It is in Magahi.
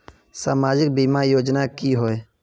सामाजिक बीमा योजना की होय?